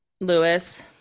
lewis